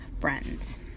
Friends